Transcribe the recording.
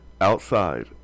outside